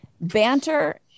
banter